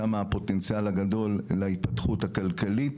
שם הפוטנציאל הגדול להתפתחות הכלכלית,